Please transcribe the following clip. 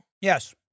Yes